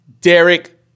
Derek